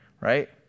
right